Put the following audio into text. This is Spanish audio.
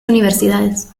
universidades